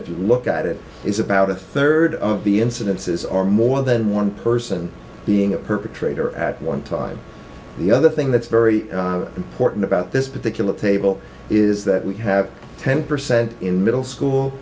if you look at it is about a third of the incidences are more than one person being a perpetrator at one time the other thing that's very important about this particular table is that we have ten percent in middle school